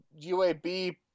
UAB